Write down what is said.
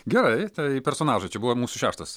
gerai tai personažai čia buvo mūsų šeštas